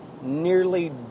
nearly